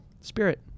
spirit